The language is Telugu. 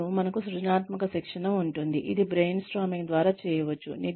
మరియు మనకు సృజనాత్మకత శిక్షణ ఉంటుంది ఇది బ్రెయిన్ స్టార్మింగ్ ద్వారా చేయవచ్చు